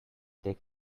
take